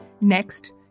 Next